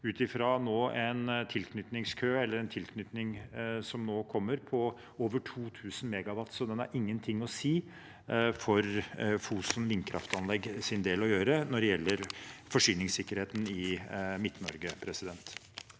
ut fra en tilknytningskø eller en tilknytning som nå kommer, på over 2 000 MW. Så det har ingenting å si for Fosen vindkraftanleggs del når det gjelder forsyningssikkerheten i Midt-Norge. Presidenten